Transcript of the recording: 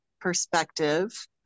perspective